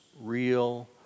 real